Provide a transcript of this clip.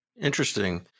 Interesting